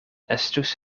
estus